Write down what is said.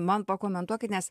man pakomentuokit nes